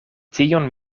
tion